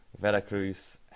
Veracruz